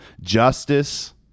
justice